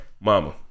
mama